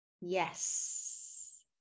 Yes